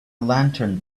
lantern